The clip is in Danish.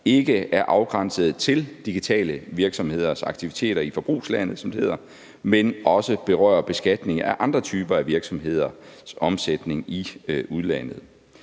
ikke er afgrænset til digitale virksomheders aktiviteter i forbrugslandet, som det hedder, men også berører beskatning af andre typer af virksomheders omsætning i udlandet.